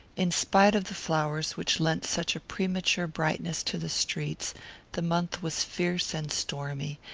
in spite of the flowers which lent such a premature brightness to the streets the month was fierce and stormy,